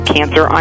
Cancer